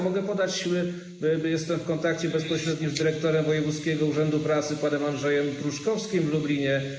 Mogę je podać, jestem w kontakcie bezpośrednim z dyrektorem Wojewódzkiego Urzędu Pracy panem Andrzejem Pruszkowskim w Lublinie.